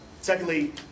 secondly